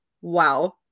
wow